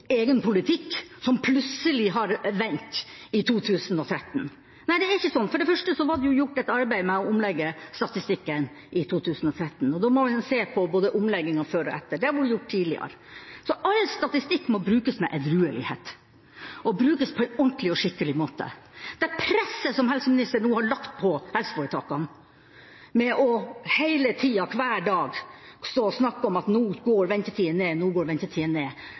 egen politikk som plutselig har vendt i 2013. Nei, det er ikke sånn. Det var gjort et arbeid med å omlegge statistikken i 2013, og da må man jo se på omlegginga før og etter – det har vært gjort tidligere. All statistikk må brukes med edruelighet og brukes på en ordentlig og skikkelig måte. Det presset helseministeren nå har lagt på helseforetakene med å hele tida hver dag stå og snakke om at «nå går ventetida ned, nå går ventetida ned»,